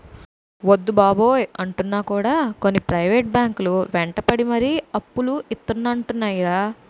వద్దు బాబోయ్ అంటున్నా కూడా కొన్ని ప్రైవేట్ బ్యాంకు లు వెంటపడి మరీ అప్పులు ఇత్తానంటున్నాయి